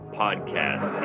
podcast